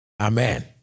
Amen